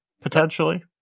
potentially